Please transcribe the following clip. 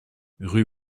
rue